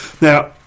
Now